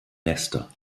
nester